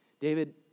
David